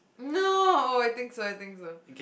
no I think so I think so